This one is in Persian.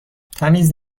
تمیز